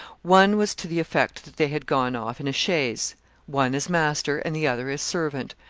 one was to the effect that they had gone off in a chaise one as master, and the other as servant.